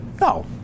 No